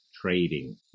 trading